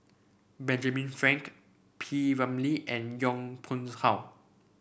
Benjamin Frank P Ramlee and Yong Pungs How